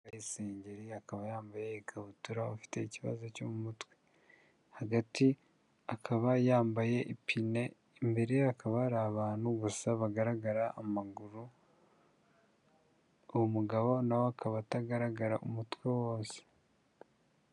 Hari isengeri, akaba yambaye ikabutura afite ikibazo cyo mu mutwe. Hagati akaba yambaye ipine, imbere akaba ari abantu gusa bagaragara amaguru. Uwo mugabo na we akaba atagaragara umutwe wose.